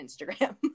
Instagram